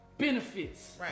benefits